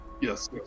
Yes